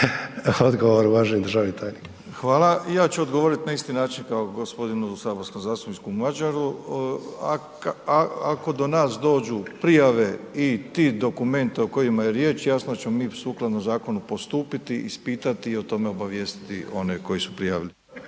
Hvala. I ja ću odgovorit na isti način kao g. saborskom zastupniku Madjeru. Ako do nas dođu prijave i ti dokumenti o kojima je riječ jasno ćemo mi sukladno zakonu postupiti i ispitati i o tome obavijestiti one koji su prijavili.